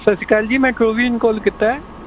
ਸਤਿ ਸ਼੍ਰੀ ਅਕਾਲ ਜੀ ਮੈਂ ਕਾਲ ਕੀਤਾ